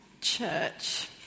church